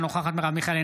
אינה נוכחת מרב מיכאלי,